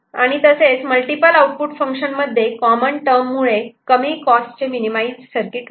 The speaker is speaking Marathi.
आणि मल्टिपल आउटपुट फंक्शन मध्ये कॉमन टर्म मुळे कमी कॉस्ट चे मिनीमाईज सर्किट मिळते